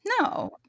No